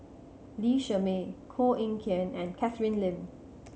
Lee Shermay Koh Eng Kian and Catherine Lim